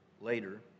later